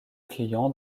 client